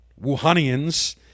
Wuhanians